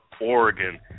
Oregon